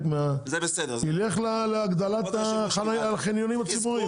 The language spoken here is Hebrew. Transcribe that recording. מהחניות ילך להגדלת החניונים הציבוריים.